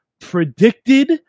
predicted